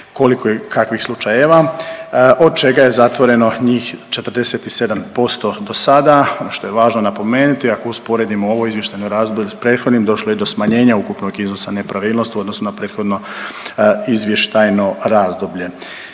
koliko i kakvih slučajeva od čega je zatvoreno njih 47% do sada. Ono što je važno napomenuti, ako usporedimo ovo izvještajno razdoblje sa prethodnim došlo je do smanjenja ukupnog iznosa nepravilnosti u odnosu na prethodno izvještajno razdoblje.